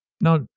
Now